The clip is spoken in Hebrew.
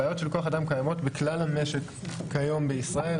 הבעיות של כוח אדם קיימות בכלל המשק כיום בישראל.